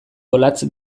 olatz